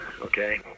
Okay